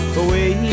away